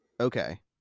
Okay